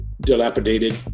dilapidated